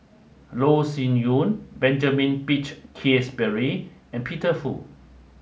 Loh Sin Yun Benjamin Peach Keasberry and Peter Fu